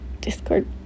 Discord